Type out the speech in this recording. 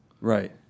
Right